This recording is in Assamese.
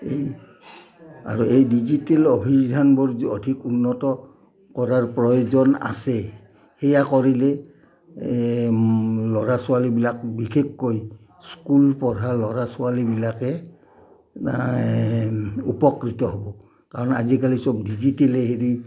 এই আৰু এই ডিজিটেল অভিধানবোৰ যে অধিক উন্নত কৰাৰ প্ৰয়োজন আছে সেয়া কৰিলে ল'ৰা ছোৱালীবিলাক বিশেষকৈ স্কুল পঢ়া ল'ৰা ছোৱালীবিলাকে উপকৃত হ'ব কাৰণ আজিকালি চব ডিজিটলে হেৰি